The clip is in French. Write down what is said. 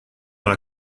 dans